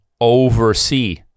oversee